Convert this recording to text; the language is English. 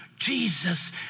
Jesus